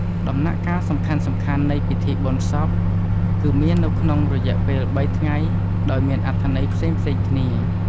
ដំណាក់កាលសំខាន់ៗនៃពិធីបុណ្យសពគឺមាននៅក្នុងរយៈពេលបីថ្ងៃដោយមានអត្ដន័យផ្សេងៗគ្នា។